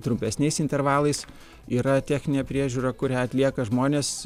trumpesniais intervalais yra techninė priežiūra kurią atlieka žmonės